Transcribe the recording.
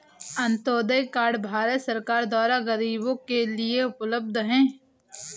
Antyodaya card Bharat सरकार द्वारा गरीबो के लिए उपलब्ध है